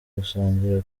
gusangira